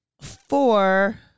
four